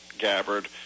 Gabbard